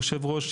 יושב הראש,